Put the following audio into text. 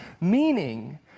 Meaning